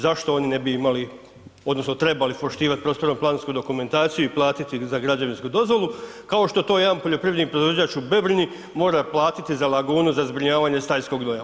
Zašto oni ne bi imali, odnosno trebali poštivati prostorno-plansku dokumentaciju i platiti za građevinsku dozvolu, kao što to jedan poljoprivredni proizvođač u Bebrini mora platiti za lagunu za zbrinjavanje stajskog gnoja?